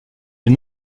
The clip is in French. est